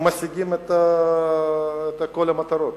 הם משיגים את כל המטרות.